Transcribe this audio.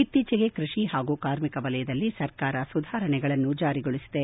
ಇತ್ತೀಚೆಗೆ ಕ್ಕಷಿ ಹಾಗೂ ಕಾರ್ಮಿಕ ವಲಯದಲ್ಲಿ ಸರ್ಕಾರ ಸುಧಾರಣೆಗಳನ್ನು ಜಾರಿಗೊಳಿಸಿದೆ